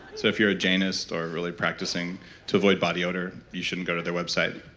so, if you're a jainist or really practicing to avoid body odor you shouldn't go to their website